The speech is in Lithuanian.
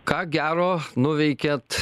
ką gero nuveikėt